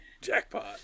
Jackpot